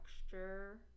texture